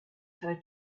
her